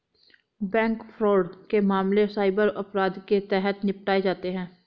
bank fraud के मामले cyber अपराध के तहत निपटाए जाते हैं